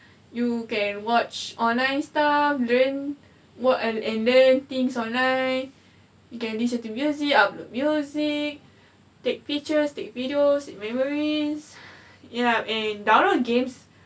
you can watch online stuff learn what and and learn things online you can listen to music upload music take pictures take videos memories yup and download games